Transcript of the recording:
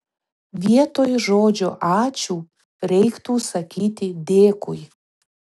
vietoj žodžio ačiū reiktų sakyti dėkui